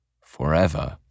forever